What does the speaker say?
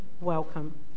welcome